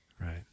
Right